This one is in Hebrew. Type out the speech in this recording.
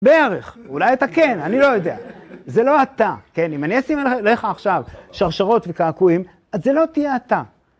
בערך, אולי אתה כן, אני לא יודע, זה לא אתה, כן? אם אני אשים אליך עכשיו שרשרות וקעקועים, אז זה לא תהיה אתה.